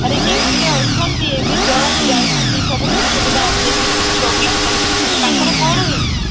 ଆରେ ଡ୍ୟୁଟିରେ ଅଛନ୍ତି ଏବେ ଜଷ୍ଟ ଯାଇଛନ୍ତି ସବୁ କିଛି ସୁବିଧା ଅଛି ଏମିତି କିଛି ପ୍ରୋବ୍ଲେମ୍ ନାହିଁ ତାଙ୍କର କ'ଣ ହେଇଛି